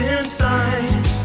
inside